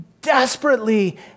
desperately